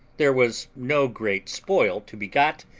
there was no great spoil to be got,